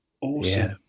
Awesome